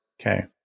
Okay